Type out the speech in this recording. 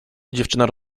dziewczyna